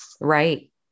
Right